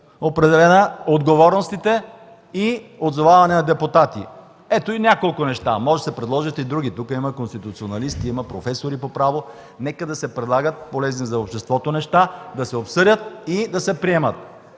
бъде), отговорности и отзоваване на депутати. Ето няколко неща. Могат да се предложат и други. Тук има конституционалисти, има професори по право. Нека да се предлагат полезни за обществото неща, да се обсъдят и да се приемат!